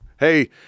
Hey